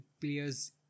players